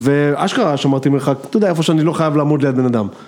ואשכרה שמרתי מרחק, אתה יודע, איפה שאני לא חייב לעמוד ליד בן אדם.